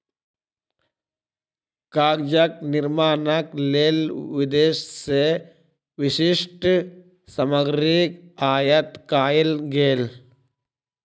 कागजक निर्माणक लेल विदेश से विशिष्ठ सामग्री आयात कएल गेल